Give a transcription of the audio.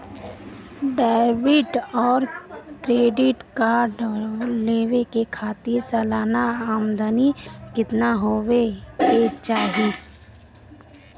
Debit और credit card लेवे के खातिर सलाना आमदनी कितना हो ये के चाही?